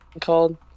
called